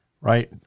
Right